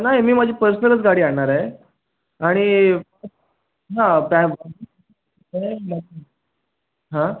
नाही मी माझी पर्सनलच गाडी आणणार आहे आणि हां कॅब हां